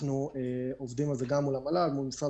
אנחנו עובדים על זה גם מול המל"ל ומול משרד